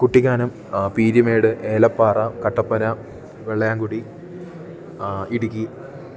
Kuttikkanam Peermade Elappara Kattappana Vellayamkudy Idukki